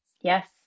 Yes